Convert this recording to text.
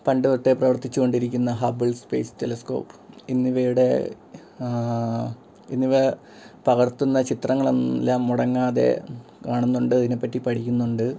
പണ്ട് തൊട്ടേ പ്രവർത്തിച്ചുകൊണ്ടിരിക്കുന്ന ഹബ്ബിൾ സ്പേസ് ടെലസ്കോപ്പ് എന്നിവയുടെ എന്നിവ പകർത്തുന്ന ചിത്രങ്ങളുമെല്ലാം മുടങ്ങാതെ കാണുന്നുണ്ട് ഇതിനെപ്പറ്റി പഠിക്കുന്നുണ്ട്